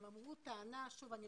הם טענו טענה שעליה נקיים דיון,